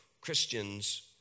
Christians